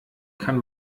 kann